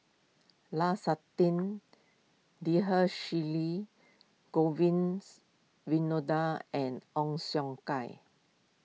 Lu Suitin Dhershini Govins Winodan and Ong Siong Kai